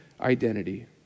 identity